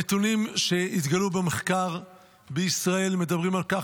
הנתונים שהתגלו במחקר בישראל מדברים על כך